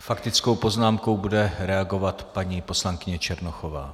Faktickou poznámkou bude reagovat paní poslankyně Černochová.